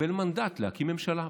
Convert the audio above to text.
יקבל מנדט להקים ממשלה.